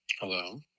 Hello